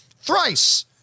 Thrice